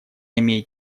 имеет